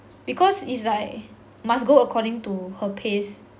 because is like must go according to her pace